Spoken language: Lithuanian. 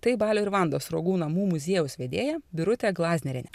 tai balio ir vandos sruogų namų muziejaus vedėja birutė glaznerienė